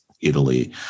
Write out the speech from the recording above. Italy